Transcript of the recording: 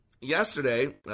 yesterday